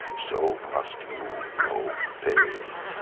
so must you know pain.